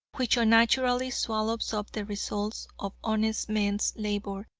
which unnaturally swallows up the results of honest men's labor.